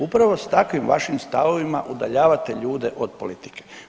Upravo s takvim vašim stavovima udaljavate ljude od politike.